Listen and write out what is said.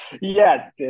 yes